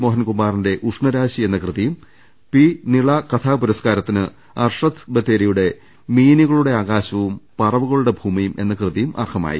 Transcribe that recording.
മോഹൻകുമാറിന്റെ ഉഷ്ണരാശി എന്ന കൃതിയും പി നിളാ കഥാ പുരസ്കാരത്തിന് അർഷാദ് ബത്തേരിയുടെ മീനുക ളുടെ ആകാശവും പറവകളുടെ ഭൂമിയും എന്ന കൃതിയും അർഹമാ യി